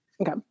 Okay